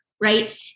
right